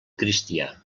cristià